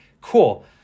cool